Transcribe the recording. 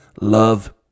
love